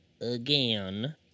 again